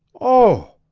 oh!